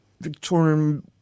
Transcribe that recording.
Victorian